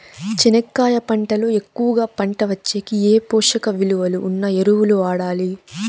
చెనక్కాయ పంట లో ఎక్కువగా పంట వచ్చేకి ఏ పోషక విలువలు ఉన్న ఎరువులు వాడాలి?